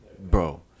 bro